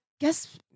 guess